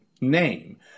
name